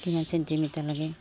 কিমান ছেণ্টিমিটাৰ লাগে